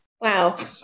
Wow